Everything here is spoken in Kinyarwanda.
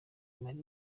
mary